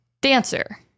dancer